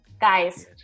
Guys